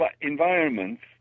environments